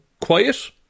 quiet